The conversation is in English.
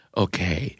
okay